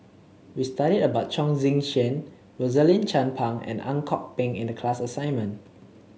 we studied about Chong Tze Chien Rosaline Chan Pang and Ang Kok Peng in the class assignment